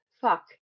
fuck